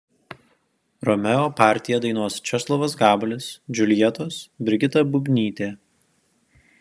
romeo partiją dainuos česlovas gabalis džiuljetos brigita bubnytė